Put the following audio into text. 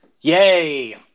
yay